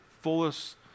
fullest